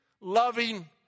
loving